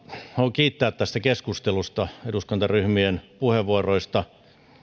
kiittää tästä keskustelusta eduskuntaryhmien puheenvuoroista